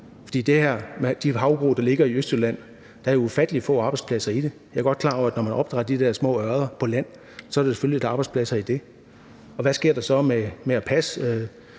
høringssvar. De havbrug, der ligger i Østjylland, er der jo ufattelig få arbejdspladser i. Jeg er godt klar over, at når man har opdrættet de der små ørreder på land, er der selvfølgelig lidt arbejdspladser i det. Og hvad sker der så med at passe